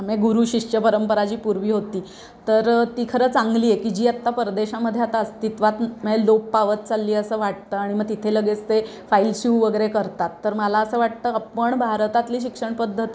मए गुरु शिष्य परंपरा जी पूर्वी होती तर ती खरं चांगली आहे की जी आत्ता परदेशामध्ये आता अस्तित्वात मए लोप पावत चालली आहे असं वाटतं आणि मग तिथे लगेच ते फाईल स्यू वगैरे करतात तर मला असं वाटतं आपण भारतातली शिक्षण पद्धती